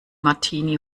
martini